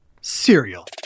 cereal